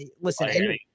listen –